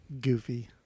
goofy